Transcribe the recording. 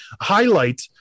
highlight